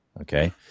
Okay